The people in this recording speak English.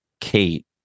kate